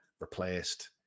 Replaced